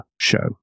show